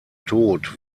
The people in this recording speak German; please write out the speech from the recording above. tod